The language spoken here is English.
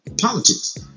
politics